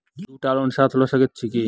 दु टा लोन साथ लऽ सकैत छी की?